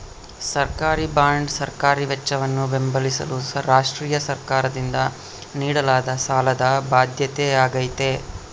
ಸರ್ಕಾರಿಬಾಂಡ್ ಸರ್ಕಾರಿ ವೆಚ್ಚವನ್ನು ಬೆಂಬಲಿಸಲು ರಾಷ್ಟ್ರೀಯ ಸರ್ಕಾರದಿಂದ ನೀಡಲಾದ ಸಾಲದ ಬಾಧ್ಯತೆಯಾಗೈತೆ